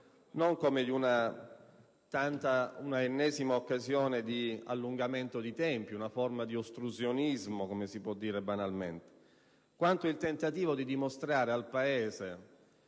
non come di una ennesima occasione di allungamento dei tempi, una forma di ostruzionismo (come si può dire banalmente), quanto del tentativo di dimostrare al Paese